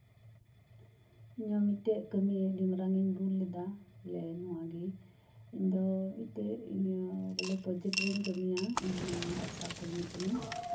ᱤᱧᱟᱹᱜ ᱢᱤᱫᱴᱮᱱ ᱠᱟᱹᱢᱤ ᱟᱹᱰᱤ ᱢᱟᱨᱟᱝ ᱤᱧ ᱵᱷᱩᱞ ᱞᱮᱫᱟ ᱵᱚᱞᱮ ᱱᱚᱶᱟ ᱜᱮ ᱤᱧ ᱫᱚ ᱢᱤᱫᱴᱮᱱ ᱤᱭᱟᱹ ᱵᱚᱞᱮ ᱯᱨᱚᱡᱮᱠᱴ ᱨᱤᱧ ᱠᱟᱹᱢᱤᱭᱟ ᱤᱧ ᱦᱚᱸ ᱟᱥᱟ ᱠᱚᱨᱢᱤ ᱠᱟᱹᱱᱟᱹᱧ